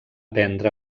prendre